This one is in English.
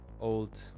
old